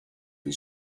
and